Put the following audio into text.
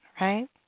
right